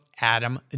Adam